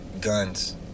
guns